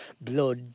Blood